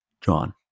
John